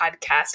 podcast